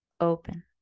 open